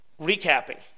Recapping